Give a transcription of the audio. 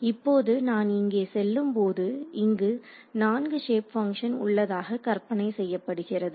இப்போது நான் இங்கே செல்லும் போது இங்கு நான்கு ஷேப் பங்க்ஷன் உள்ளதாக கற்பனை செய்யப்படுகிறது